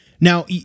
Now